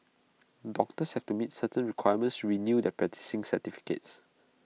doctors have to meet certain requirements to renew their practising certificates